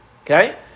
okay